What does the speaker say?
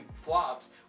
flops